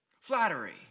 Flattery